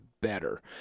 better